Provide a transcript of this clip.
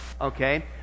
Okay